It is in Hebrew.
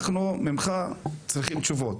אנחנו צריכים תשובות ממך,